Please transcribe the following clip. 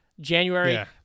January